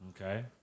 Okay